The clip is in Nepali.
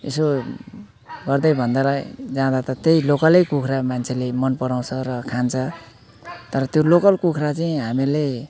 यसो गर्दै भन्दा र जाँदा त त्यही लोकलै कुखुरा मान्छेले मन पराउँछ र खान्छ तर त्यो लोकल कुखुरा चाहिँ हामीले